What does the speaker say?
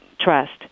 trust